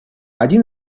один